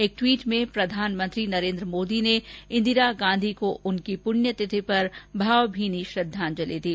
एक टवीट में प्रधानमंत्री नरेंद्र मोदी ने इंदिरा गांधी को उनकी पुण्यतिथि पर भावभीनी श्रद्वांजलि दी